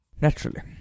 Naturally